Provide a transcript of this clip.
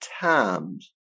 times